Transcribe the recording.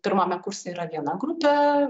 pirmame kurse yra viena grupė